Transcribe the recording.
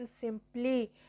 simply